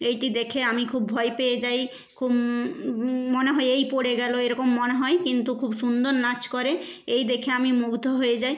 এটি দেখে আমি খুব ভয় পেয়ে যাই খুব মনে হয় এই পড়ে গেল এ রকম মনে হয় কিন্তু খুব সুন্দর নাচ করে এই দেখে আমি মুগ্ধ হয়ে যাই